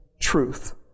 truth